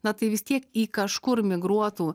na tai vis tiek į kažkur migruotų